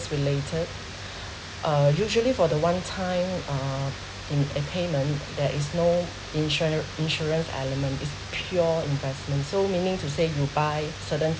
related uh usually for the one time uh in a payment there is no insurance insurance element is pure investment so meaning to say you buy certain